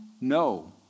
No